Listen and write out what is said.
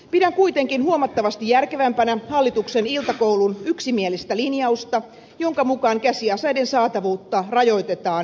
pidän kuitenkin huomattavasti järkevämpänä hallituksen iltakoulun yksimielistä linjausta jonka mukaan käsiaseiden saatavuutta rajoitetaan merkittävästi